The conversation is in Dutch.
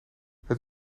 het